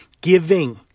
giving